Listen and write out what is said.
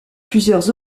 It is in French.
plusieurs